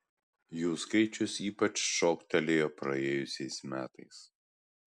jų skaičius ypač šoktelėjo praėjusiais metais